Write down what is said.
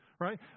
right